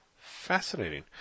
fascinating